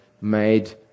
made